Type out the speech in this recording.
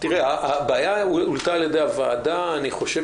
הבעיה הועלתה על ידי הוועדה ואני חושב